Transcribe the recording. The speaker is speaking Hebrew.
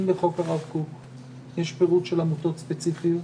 אם בחוק הרב קוק יש פירוט של עמותות ספציפיות,